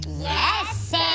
yes